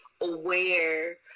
aware